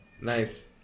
Nice